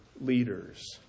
leaders